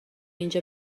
اینجا